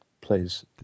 plays